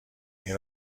این